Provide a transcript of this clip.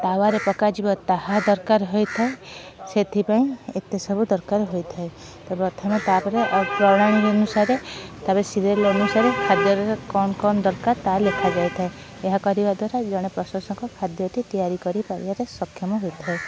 ତାୱାରେ ପକାଯିବ ତାହା ଦରକାର ହେଇଥାଏ ସେଥିପାଇଁ ଏତେ ସବୁ ଦରକାର ହେଇଥାଏ ପ୍ରଥମେ ତାପରେ ପ୍ରଣାଳୀ ଅନୁସାରେ ତା'ପରେ ସିରିଏଲ ଅନୁସାରେ ଖାଦ୍ୟରେ କ'ଣ କ'ଣ ଦରକାର ତାହା ଲେଖା ଯାଇଥାଏ ଏହା କରିବା ଦ୍ୱାରା ଜଣେ ପ୍ରଶଂସକ ଖାଦ୍ୟଟି ତିଆରି କରି ପାରିବାଟା ସକ୍ଷମ ହୋଇଥାଏ